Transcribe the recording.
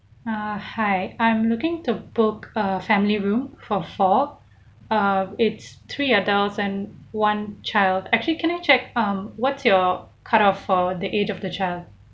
ah hi I'm looking to book a family room for four err it's three adults and one child actually can I check um what's your cut off for the age of the child